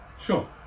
Sure